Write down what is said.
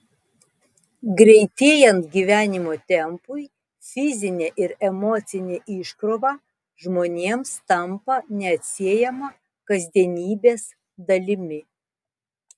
greitėjant gyvenimo tempui fizinė ir emocinė iškrova žmonėms tampa neatsiejama kasdienybės dalimi